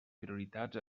prioritats